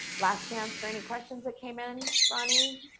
last chance for any questions that came in, ronnie?